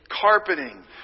Carpeting